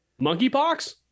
Monkeypox